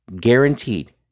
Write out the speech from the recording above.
guaranteed